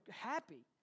happy